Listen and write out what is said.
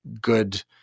good